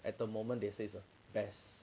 at the moment they say is the best